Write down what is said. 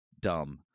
Dumb